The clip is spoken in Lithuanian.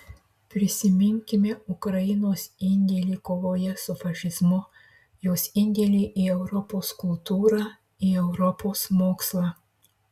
prisiminkime ukrainos indėlį kovoje su fašizmu jos indėlį į europos kultūrą į europos mokslą